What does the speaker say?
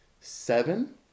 seven